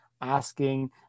asking